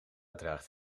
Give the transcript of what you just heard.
draagt